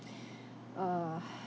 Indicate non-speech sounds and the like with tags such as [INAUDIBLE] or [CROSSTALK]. [BREATH] uh